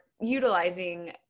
utilizing